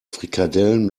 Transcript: frikadellen